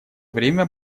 время